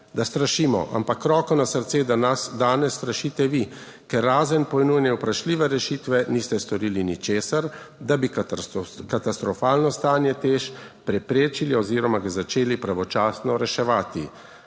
da strašimo. Ampak, roko na srce, da nas danes strašite vi, ker razen ponujene vprašljive rešitve niste storili ničesar, da bi katastrofalno stanje TEŠ preprečili oziroma ga začeli pravočasno reševati.